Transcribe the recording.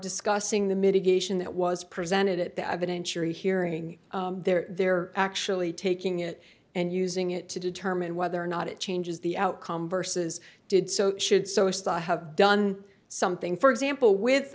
discussing the mitigation that was presented at the evidence you're hearing there they're actually taking it and using it to determine whether or not it changes the outcome versus did so should so as to have done something for example with